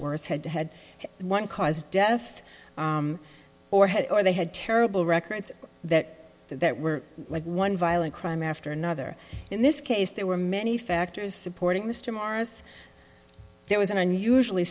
worse head to head one cause death or head or they had terrible records that that were one violent crime after another in this case there were many factors supporting mr morris there was an unusually